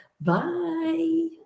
Bye